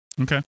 okay